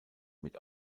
mit